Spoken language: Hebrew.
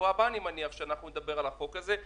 ואני מניח שבשבוע הבא נדבר על החוק הזה,